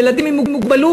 ילדים עם מוגבלות,